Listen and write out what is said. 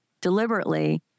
deliberately